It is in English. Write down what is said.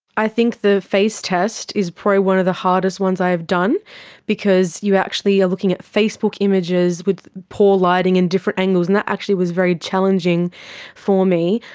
i think the face test is probably one of the hardest ones i've done because you actually are looking at facebook images with poor lighting and different angles and that actually was very challenging for me.